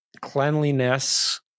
cleanliness